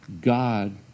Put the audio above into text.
God